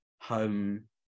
home